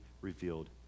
revealed